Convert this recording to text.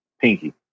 Pinky